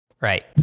Right